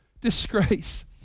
disgrace